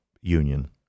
union